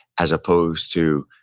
as opposed to